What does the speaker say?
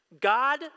God